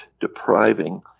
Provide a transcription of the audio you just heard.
depriving